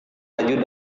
baju